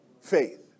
faith